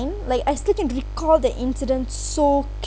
like I still can recall the incident so